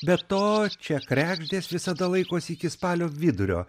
be to čia kregždės visada laikosi iki spalio vidurio